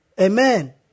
Amen